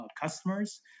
customers